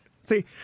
See